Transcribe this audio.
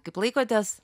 kaip laikotės